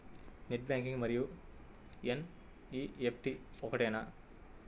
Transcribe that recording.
Net banking మరియు NEFT ఒకటేనా?